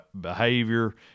behavior